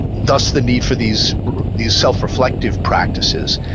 thus the need for these these self reflective practices,